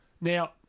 Now